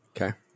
okay